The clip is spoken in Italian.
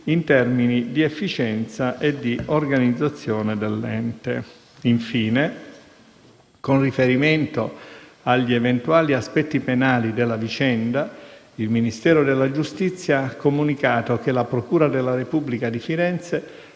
in termini di efficienza e organizzazione dell'ente. Infine, con riferimento agli eventuali aspetti penali della vicenda, il Ministero della giustizia ha comunicato che la procura della Repubblica di Firenze